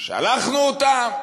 שלחנו אותם?